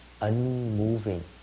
unmoving